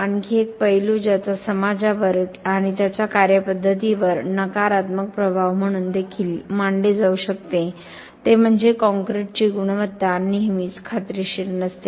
आणखी एक पैलू ज्याचा समाजावर आणि त्याच्या कार्यपद्धतीवर नकारात्मक प्रभाव म्हणून देखील मानले जाऊ शकते ते म्हणजे कॉंक्रिटची गुणवत्ता नेहमीच खात्रीशीर नसते